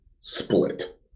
split